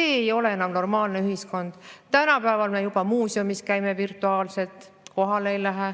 ei ole enam normaalne ühiskond. Me juba muuseumis käime virtuaalselt, kohale ei lähe,